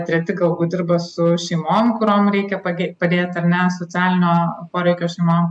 treti galbūt dirba su šeimom kuriom reikia pagė padėt ar ne socialinio poreikio šeimom